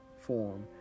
form